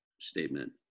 statement